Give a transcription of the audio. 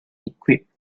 equipped